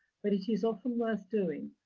but, it is often worth doing.